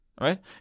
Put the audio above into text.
Right